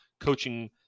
coaching